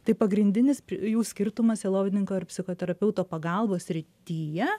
tai pagrindinis jų skirtumas sielovadininko ar psichoterapeuto pagalbos srityje